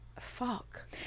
fuck